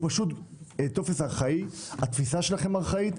הטופס ארכאי, התפיסה שלכם ארכאית.